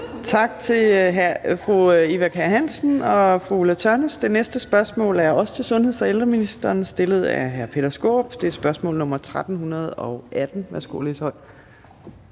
Tak til fru Eva Kjer Hansen og fru Ulla Tørnæs. Det næste spørgsmål er også til sundheds- og ældreministeren, stillet af hr. Peter Skaarup. Det er spørgsmål nr. 1318. Kl. 14:40 Spm.